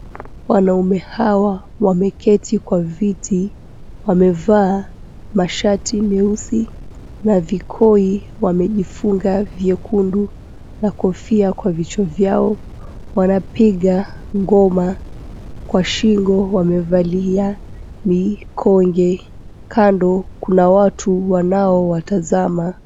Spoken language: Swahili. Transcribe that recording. Wanaume hawa wameketi kwa viti, wamevaa mashati meusi na vikoi wamejifunga vyekundu na kofia kwa vichwa vyao. Wanapiga ngoma, kwa shingo wamevalia mikonge. Kando kuna watu wanaowatazama.